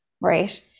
right